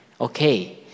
Okay